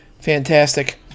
Fantastic